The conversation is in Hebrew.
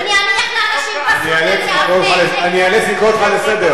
אני איאלץ לקרוא אותך לסדר.